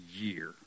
year